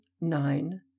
nine